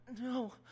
No